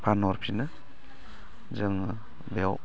फानहरफिनो जोङो बेयाव